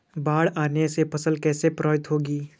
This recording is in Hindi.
बाढ़ आने से फसल कैसे प्रभावित होगी?